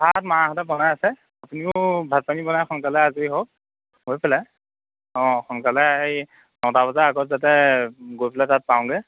ভাত মাহঁতে বনাই আছে আপুনিও ভাত পানী বনাই সোনকালে আজৰি হওক হৈ পেলাই অঁ সোনকালে হেৰি নটা বজাৰ আগত যাতে গৈ পেলাই তাত পাওঁগৈ